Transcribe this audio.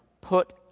put